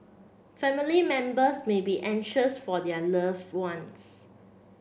family members may be anxious for their love ones